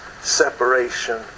separation